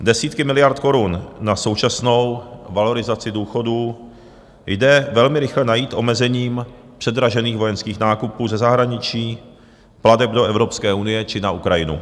Desítky miliard korun na současnou valorizaci důchodů jde velmi rychle najít omezením předražených vojenských nákupů ze zahraničí, plateb do Evropské unie či na Ukrajinu.